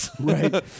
Right